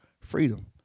freedom